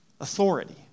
Authority